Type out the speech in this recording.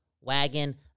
wagon